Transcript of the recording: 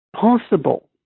possible